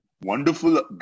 wonderful